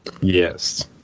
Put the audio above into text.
Yes